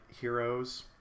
heroes